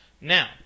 Now